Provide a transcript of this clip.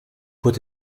put